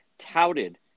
touted